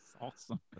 awesome